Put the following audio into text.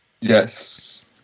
Yes